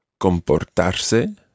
Comportarse